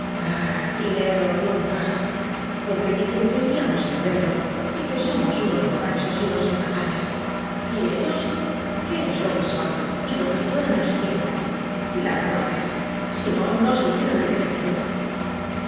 dinero nunca porque dicen que iríamos á beberlo y que somos unos borrachos y unos holgazanes y ellos qué es lo que son y lo que fueron en su tiempo ladrones si no no se hubieran enriquecido